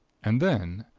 and then,